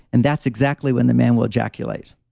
and that's exactly when the man will ejaculate.